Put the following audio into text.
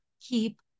keep